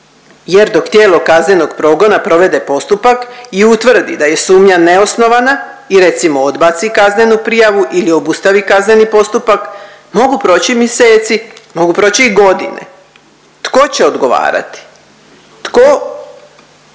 jer dok tijelo kaznenog progona provede postupak i utvrdi da je sumnja neosnovana i recimo odbaci kaznenu prijavu ili obustavi kazneni postupak, mogu proći mjeseci, mogu proći i godine, tko će odgovarati, tko